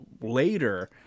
later